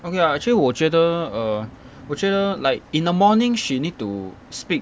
okay lah actually 我觉得 err 我觉得 like in the morning she need to speak